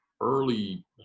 early